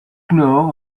know